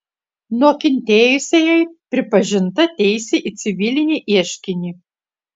nukentėjusiajai pripažinta teisė į civilinį ieškinį